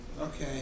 Okay